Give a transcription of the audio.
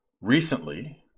Recently